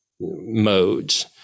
modes